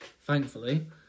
thankfully